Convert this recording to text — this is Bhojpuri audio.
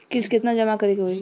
किस्त केतना जमा करे के होई?